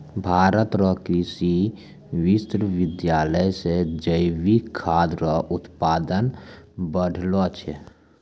भारत रो कृषि विश्वबिद्यालय से जैविक खाद रो उत्पादन बढ़लो छै